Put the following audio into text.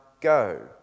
go